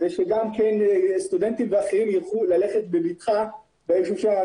סטודנטים ואחרים יוכלו ללכת בבטחה ביישוב.